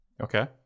Okay